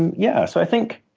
and yeah. so i think,